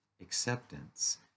acceptance